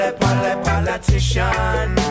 politician